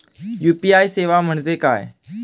UPI सेवा म्हणजे काय?